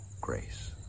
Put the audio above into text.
grace